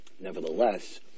nevertheless